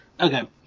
Okay